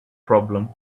problem